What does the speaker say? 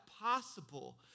possible